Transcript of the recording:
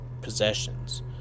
possessions